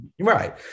Right